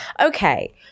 okay